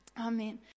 Amen